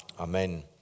Amen